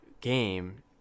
game